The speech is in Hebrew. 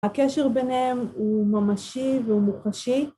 הקשר ביניהם הוא ממשי והוא מוחשי.